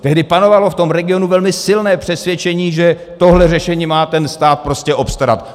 Tehdy panovalo v tom regionu velmi silné přesvědčení, že tohle řešení má ten stát prostě obstarat.